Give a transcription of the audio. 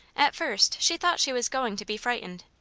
at first she thought she was going to be frightened.